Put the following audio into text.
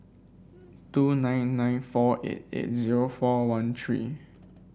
two nine nine four eight eight zero four one three